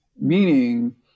Meaning